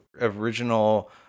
original